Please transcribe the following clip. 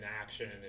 action